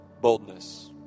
Boldness